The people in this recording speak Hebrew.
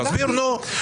תסביר, נו.